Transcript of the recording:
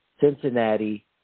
Cincinnati